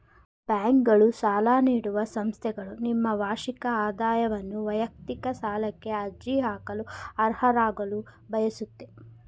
ಬ್ಯಾಂಕ್ಗಳು ಸಾಲ ನೀಡುವ ಸಂಸ್ಥೆಗಳು ನಿಮ್ಮ ವಾರ್ಷಿಕ ಆದಾಯವನ್ನು ವೈಯಕ್ತಿಕ ಸಾಲಕ್ಕೆ ಅರ್ಜಿ ಹಾಕಲು ಅರ್ಹರಾಗಲು ಬಯಸುತ್ತೆ